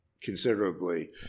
considerably